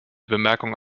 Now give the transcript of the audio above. bemerkung